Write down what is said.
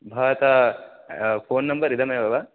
भवतः phone number इदमेव वा